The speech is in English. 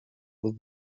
with